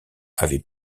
avait